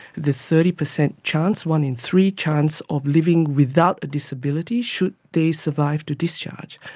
the thirty percent chance, one in three chance of living without a disability should they survive to discharge.